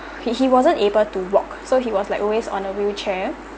he he wasn't able to walk so he was like always on a wheelchair